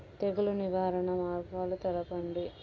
తెగులు నివారణ మార్గాలు తెలపండి?